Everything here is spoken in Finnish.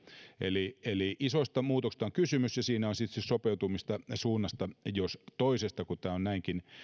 eli eli isoista muutoksista on kysymys ja siinä on sitten sopeutumista suunnassa jos toisessa kun tämä on näinkin